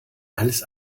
alles